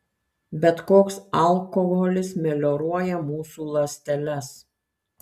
bet koks alkoholis melioruoja mūsų ląsteles